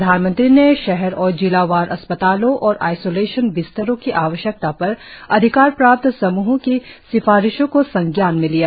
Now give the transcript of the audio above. प्रधानमंत्री ने शहर और जिलावार अस्पतालों और आइसोलेशन बिस्तरों की आवश्यकता पर अधिकार प्राप्त समूह की सिफारिशों को संज्ञान में लिया